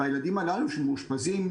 והילדים הללו שמאושפזים,